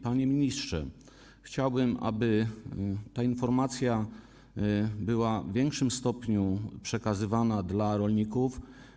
Panie ministrze, chciałbym, aby ta informacja była w większym stopniu przekazywana rolnikom.